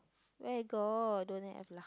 where got don't have lah